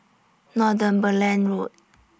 Northumberland Road